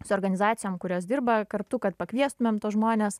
su organizacijom kurios dirba kartu kad pakviestumėm tuos žmones